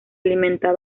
alimenta